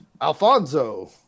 Alfonso